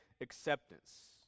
acceptance